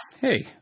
Hey